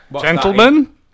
gentlemen